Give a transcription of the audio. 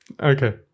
Okay